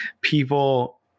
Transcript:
people